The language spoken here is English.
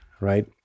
right